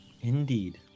Indeed